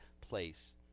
place